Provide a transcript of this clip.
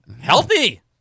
Healthy